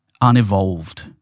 unevolved